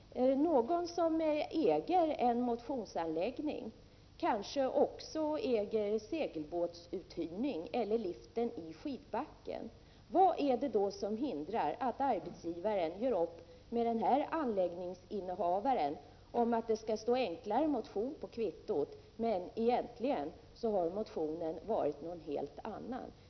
Om någon som äger en motionsanläggning också äger en segelbåtsuthyrning, eller liften i en skidbacke — vad är det då som hindrar att arbetsgivaren gör upp med denne anläggningsinnehavare om att det skall stå ”enklare motion” på kvittot, trots att motionen egentligen har varit av helt annat slag.